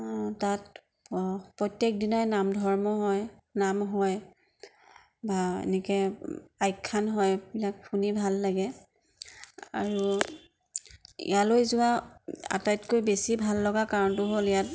তাত প্ৰত্য়েকদিনাই নামধৰ্ম হয় নাম হয় বা এনেকৈ আখ্য়ান হয় সেইবিলাক শুনি ভাল লাগে আৰু ইয়ালৈ যোৱা আটাইতকৈ বেছি ভাল লগা কাৰণটো হ'ল ইয়াত